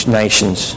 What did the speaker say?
nations